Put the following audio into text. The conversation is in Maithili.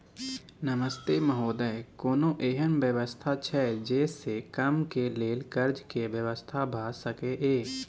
नमस्ते महोदय, कोनो एहन व्यवस्था छै जे से कम के लेल कर्ज के व्यवस्था भ सके ये?